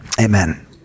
Amen